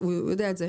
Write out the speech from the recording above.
ואתה יודע את זה,